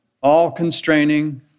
all-constraining